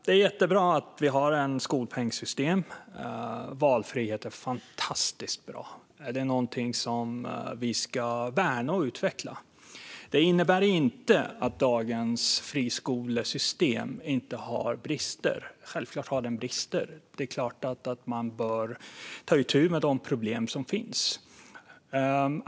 Det är jättebra att vi har ett skolpengssystem. Valfrihet är fantastiskt bra och någonting vi ska värna och utveckla. Det innebär inte att dagens friskolesystem inte har brister; självklart har det brister, och det är klart att man bör ta itu med de problem som finns.